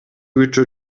күчү